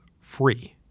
free